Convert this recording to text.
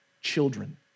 Children